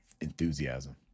enthusiasm